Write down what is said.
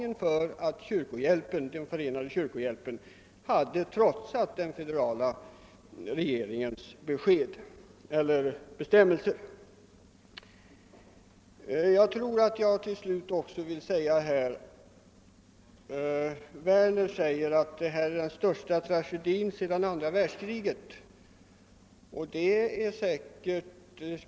Det var betalningen för att den förenade kyrkohjälpen hade trotsat den federala regeringens bestämmelser. Herr Werner sade att händelserna i Biafra har varit den största tragedin sedan andra världskriget.